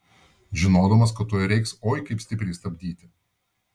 žinodamas kad tuoj reiks oi kaip stipriai stabdyti